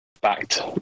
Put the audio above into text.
backed